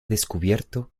descubierto